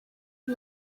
and